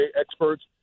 experts